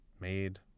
made